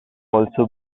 also